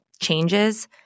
changes